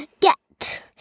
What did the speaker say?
Get